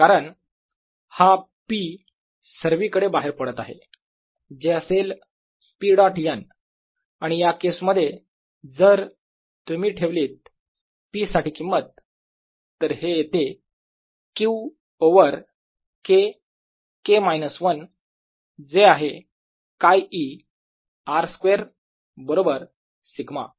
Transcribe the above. कारण हा p सर्वीकडे बाहेर पडत आहे जे असेल p डॉट n आणि या केस मध्ये जर तुम्ही ठेवलीत p साठी किंमत तर हे येते Q over K K minus 1 जे आहे χe R स्क्वेअर बरोबर σ